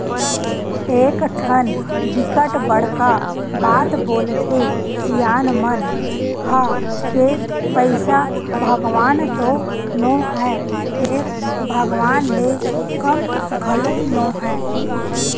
एकठन बिकट बड़का बात बोलथे सियान मन ह के पइसा भगवान तो नो हय फेर भगवान ले कम घलो नो हय